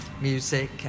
music